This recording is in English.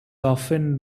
often